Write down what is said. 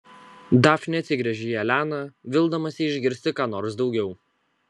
dafnė atsigręžia į eleną vildamasi išgirsti ką nors daugiau